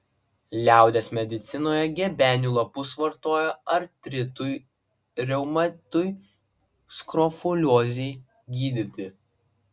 liaudies medicinoje gebenių lapus vartoja artritui reumatui skrofuliozei gydyti